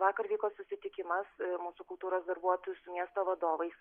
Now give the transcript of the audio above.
vakar vyko susitikimas mūsų kultūros darbuotojų su miesto vadovais